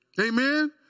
Amen